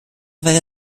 wäre